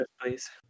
Please